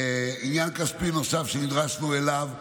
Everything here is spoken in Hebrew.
עניין כספי נוסף שנדרשנו אליו נוגע,